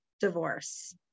divorce